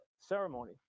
Ceremony